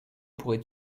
pourrais